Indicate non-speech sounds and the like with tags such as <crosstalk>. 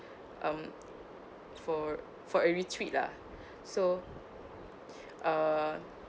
um for for a retreat lah <breath> so <breath> uh